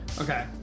Okay